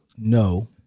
no